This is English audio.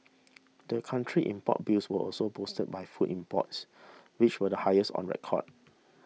the country's import bills was also boosted by food imports which were the highest on record